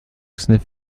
sniff